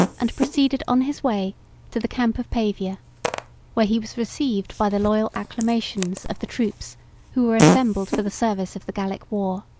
and proceeded on his way to the camp of pavia where he was received by the loyal acclamations of the troops who were assembled for the service of the gallic war.